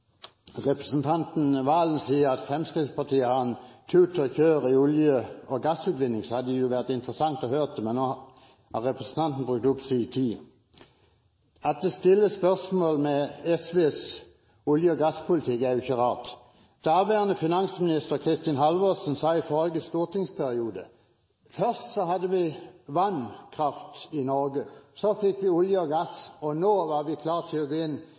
representanten Serigstad Valen sier at Fremskrittspartiet ønsker tut og kjør i olje- og gassutvinningen, hadde det jo vært interessant å høre mer om det, men nå har representanten brukt opp sin taletid. At det stilles spørsmål ved SVs olje- og gasspolitikk, er ikke rart. Daværende finansminister Kristin Halvorsen sa i forrige stortingsperiode at først hadde vi vannkraft i Norge, så fikk vi olje og gass, og nå var vi klare til å gå inn